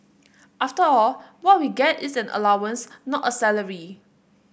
after all what we get is an allowance not a salary